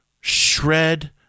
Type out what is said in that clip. Shred